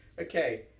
Okay